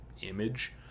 image